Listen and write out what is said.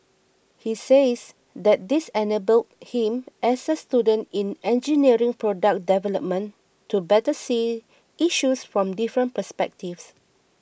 he says that this enabled him as a student in engineering product development to better see issues from different perspectives